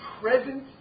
present